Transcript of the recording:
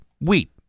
wheat